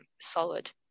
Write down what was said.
solid